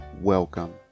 welcome